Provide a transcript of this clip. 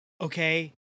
okay